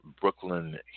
Brooklyn